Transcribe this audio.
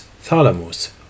thalamus